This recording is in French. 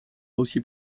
aussi